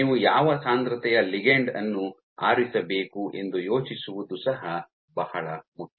ನೀವು ಯಾವ ಸಾಂದ್ರತೆಯ ಲಿಗಂಡ್ ಅನ್ನು ಆರಿಸಬೇಕು ಎಂದು ಯೋಚಿಸುವುದು ಸಹ ಬಹಳ ಮುಖ್ಯ